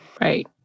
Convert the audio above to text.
Right